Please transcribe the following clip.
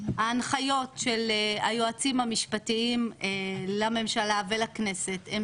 ההנחיות של היועצים המשפטיים לממשלה ולכנסת הם